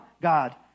God